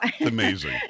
amazing